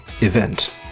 event